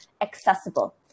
accessible